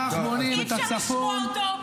כך בונים את ההתיישבות -- זה כישלון --- די,